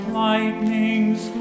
lightnings